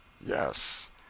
Yes